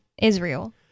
Israel